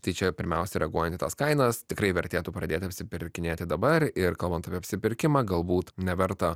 tai čia pirmiausia reaguojant į tas kainas tikrai vertėtų pradėti apsipirkinėti dabar ir kalbant apie apsipirkimą galbūt neverta